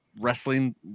wrestling